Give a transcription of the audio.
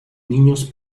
niños